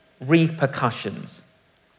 repercussions